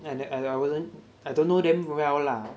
yeah I I wasn't I don't know them well lah